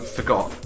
forgot